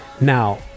Now